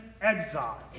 exile